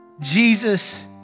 Jesus